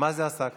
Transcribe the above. מה זה עסאקלה?